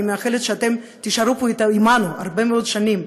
ואני מאחלת שאתם תישארו פה עמנו הרבה מאוד שנים.